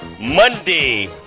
Monday